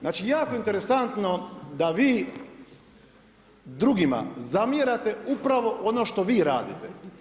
Znači jako interesantno da vi drugima zamjerate upravo ono što vi radite.